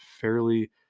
fairly